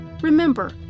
Remember